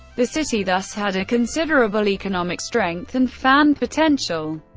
the city thus had a considerable economic strength and fan potential.